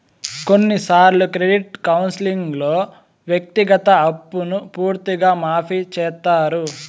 కొన్నిసార్లు క్రెడిట్ కౌన్సిలింగ్లో వ్యక్తిగత అప్పును పూర్తిగా మాఫీ చేత్తారు